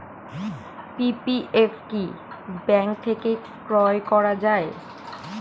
PPF কি bank থেকে ক্রয় করা যায়?